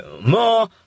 more